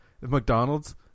McDonald's